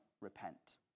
repent